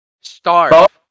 Start